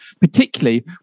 particularly